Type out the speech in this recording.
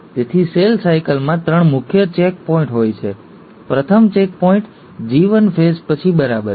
તેથી સેલ સાયકલમાં ત્રણ મુખ્ય ચેકપોઇન્ટ હોય છે પ્રથમ ચેક પોઇન્ટ G 1 ફેઝ પછી બરાબર છે